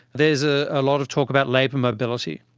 there's ah a lot of talk about labour mobility,